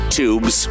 tubes